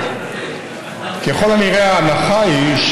עכשיו לחבר הכנסת איציק שמולי,